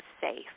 safe